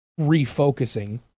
refocusing